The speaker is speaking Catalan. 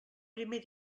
primer